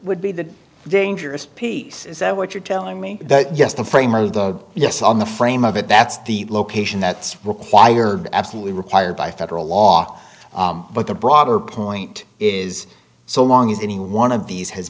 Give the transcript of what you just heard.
would be the dangerous piece is that what you're telling me yes the framers of the us on the frame of it that's the location that's required absolutely required by federal law but the broader point is so long as any one of these has